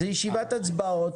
זוהי ישיבה שמוקדשת להצבעות.